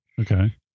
Okay